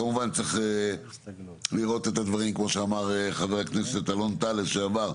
כמובן צריך לראות את הדברים כמו שאמר חבר הכנסת אלון טל לשעבר,